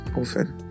often